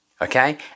Okay